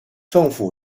政府